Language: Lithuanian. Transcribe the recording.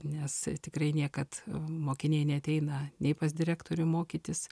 nes tikrai niekad mokiniai neateina nei pas direktorių mokytis